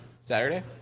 Saturday